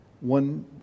one